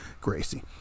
gracie